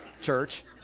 church